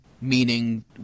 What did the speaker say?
Meaning